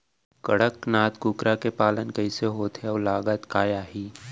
कड़कनाथ कुकरा के पालन कइसे होथे अऊ लागत का आही?